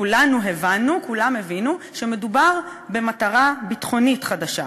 הבנו שמדובר במטרה ביטחונית חדשה.